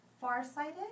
farsighted